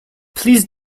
please